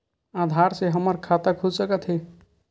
आधार से हमर खाता खुल सकत हे?